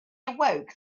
awoke